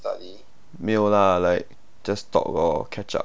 没有 lah like just talk lor catch up